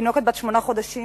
תינוקת בת שמונה חודשים,